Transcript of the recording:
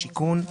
שיכון.